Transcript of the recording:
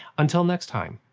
until next time,